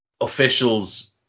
officials